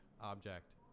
object